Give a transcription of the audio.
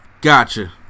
Gotcha